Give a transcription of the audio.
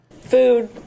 Food